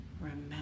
Remember